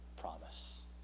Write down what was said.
promise